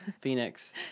Phoenix